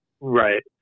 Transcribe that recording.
right